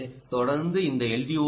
எனவே தொடர்ந்து இந்த எல்